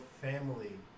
family